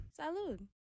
Salud